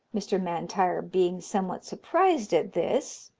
mr. m'intyre being somewhat surprised at this,